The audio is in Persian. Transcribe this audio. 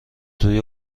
توی